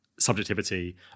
subjectivity